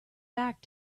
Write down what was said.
back